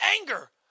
anger